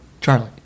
Charlie